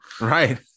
Right